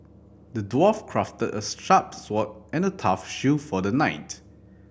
the dwarf crafted a sharp sword and a tough shield for the knight